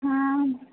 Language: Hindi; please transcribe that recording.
हाँ